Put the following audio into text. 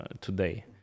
today